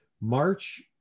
March